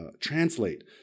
translate